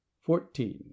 fourteen